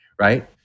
right